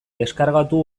deskargatu